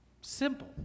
Simple